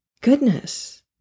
goodness